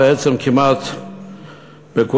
בעצם כמעט בכולם,